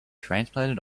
transplanted